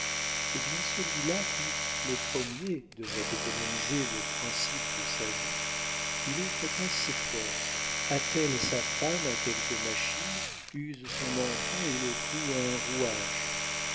eh bien celui-là qui le premier devrait économiser le principe de sa vie il outrepasse ses forces attelle sa femme à quelque machine use son enfant et le cloue à un rouage